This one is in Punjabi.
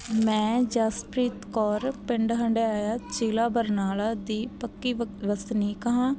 ਮੈਂ ਜਸਪ੍ਰੀਤ ਕੌਰ ਪਿੰਡ ਹੰਡਿਆਇਆ ਜ਼ਿਲ੍ਹਾ ਬਰਨਾਲਾ ਦੀ ਪੱਕੀ ਵਕ ਵਸਨੀਕ ਹਾਂ